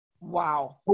Wow